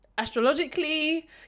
astrologically